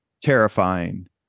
terrifying